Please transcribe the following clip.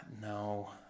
No